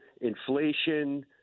inflation